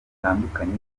dutandukanye